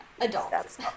Adults